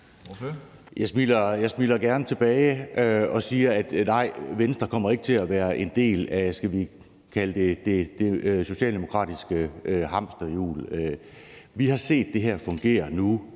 Jeg smiler gerne tilbage og siger, at nej, Venstre kommer ikke til at være en del af, skal vi kalde det det socialdemokratiske hamsterhjul. Vi har set det her fungere nu